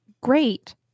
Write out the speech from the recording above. Great